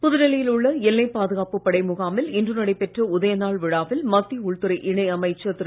புதுடெல்லியில் உள்ள எல்லை பாதுகாப்புப் படை முகாமில் இன்று நடைபெற்ற உதய நாள் விழாவில் மத்திய உள்துறை இணை அமைச்சர் திரு